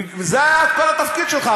זה היה כל התפקיד שלך.